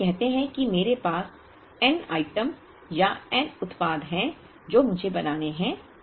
तो हम कहते हैं कि मेरे पास n आइटम या n उत्पाद हैं जो मुझे बनाने हैं